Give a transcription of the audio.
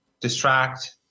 distract